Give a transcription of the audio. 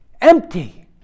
empty